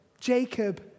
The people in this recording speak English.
Jacob